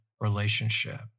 relationship